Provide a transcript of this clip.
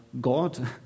God